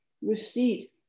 receipt